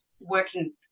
working